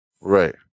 right